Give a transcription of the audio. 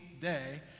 day